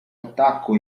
attacco